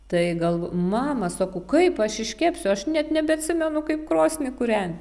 tai gal mama sakau kaip aš iškepsiu aš net nebeatsimenu kaip krosnį kūrenti